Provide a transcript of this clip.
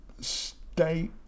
state